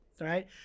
right